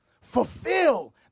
fulfill